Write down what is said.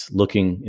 looking